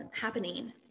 happening